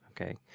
okay